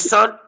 Son